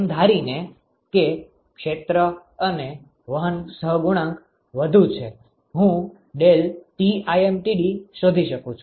એમ ધારીને કે ક્ષેત્ર અને વહન સહગુણાંક વધુ છે હું ∆Tlmtd શોધી શકું છુ